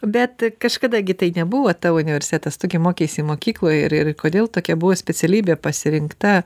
bet kažkada gi tai nebuvo tavo universitetas tu gi mokeisi mokykloj ir ir kodėl tokia buvo specialybė pasirinkta